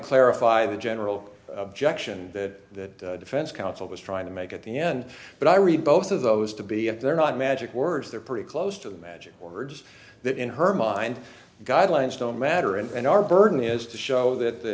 clarify the general objection that defense counsel was trying to make at the end but i read both of those to be if they're not magic words they're pretty close to the magic words that in her mind guidelines don't matter and our burden is to show that the